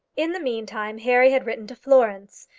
in the meantime harry had written to florence,